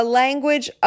language